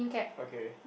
okay